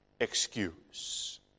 excuse